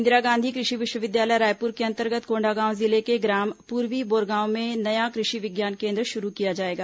इंदिरा गांधी कृषि विश्वविद्यालय रायपुर के अंतर्गत कोंडागांव जिले के ग्राम पूर्वी बोरगांव में नया कृषि विज्ञान केन्द्र शुरू किया जाएगा